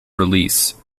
release